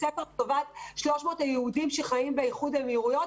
ספר לטובת 300 היהודים שחיים באיחוד האמירויות,